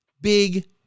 big